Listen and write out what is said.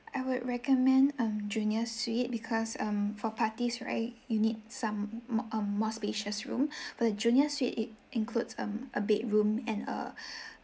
I would recommend um junior suite because um for parties right you need some mo~ um more spacious room for the junior suite it includes a bedroom and uh